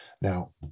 Now